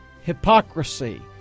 hypocrisy